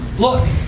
Look